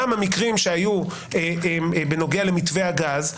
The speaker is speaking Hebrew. גם המקרים שהיו בנוגע למתווה הגז,